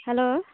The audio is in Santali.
ᱦᱮᱞᱳ